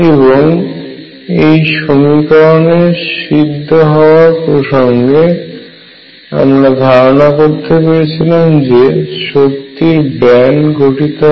এবং এই সমীকরণের সিদ্ধ হওয়ায় প্রসঙ্গে আমরা ধারণা করতে পেরেছিলাম যে শক্তির ব্যান্ড গঠিত হয়